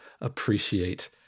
appreciate